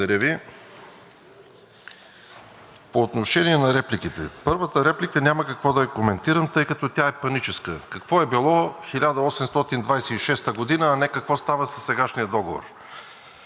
По отношение на репликите. Първата реплика няма какво да я коментирам, тъй като тя е паническа. Какво е било 1826 г., а не какво става със сегашния договор.